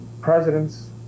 presidents